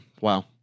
Wow